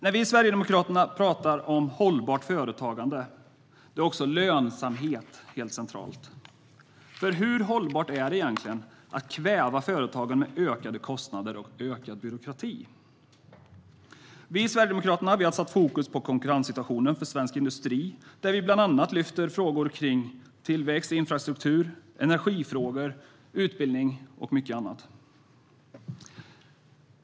När vi i Sverigedemokraterna pratar om hållbart företagande är lönsamhet centralt. Hur hållbart är det egentligen att kväva företagen med ökade kostnader och ökad byråkrati? Vi i Sverigedemokraterna har satt fokus på konkurrenssituationen för svensk industri där vi lyfter frågor kring tillväxt, infrastruktur, energi, utbildning och mycket annat.